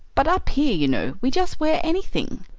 but up here, you know, we just wear anything.